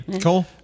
Cool